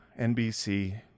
nbc